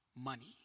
money